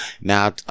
Now